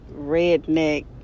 redneck